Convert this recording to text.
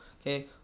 Okay